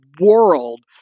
world